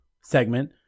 segment